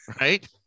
right